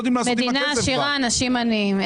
מדינה עשירה, אנשים עניים.